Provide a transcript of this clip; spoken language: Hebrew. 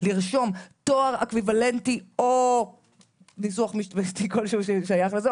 לרשום תואר אקוויוולנטי או ניסוח משפטי כלשהו ששייך לזה,